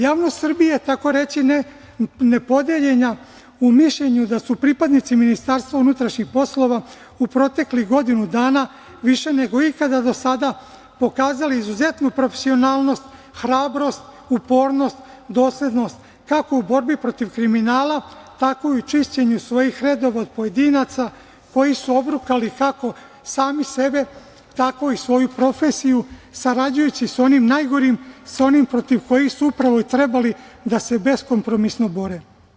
Javnost Srbiji tako reći je nepodeljena u mišljenju da su pripadnici MUP-a u proteklih godinu dana više nego ikada do sada pokazali izuzetnu profesionalnost hrabrost, upornost, doslednost, kako u borbi protiv kriminala, tako i u čišćenju svojih redova od pojedinaca koji su obrukali kako sami sebe, tako i svoju profesiju, sarađujući sa onim najgorima, sa onima sa kojima su upravo i trebali da se beskompromisno bore.